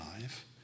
life